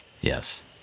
Yes